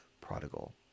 prodigal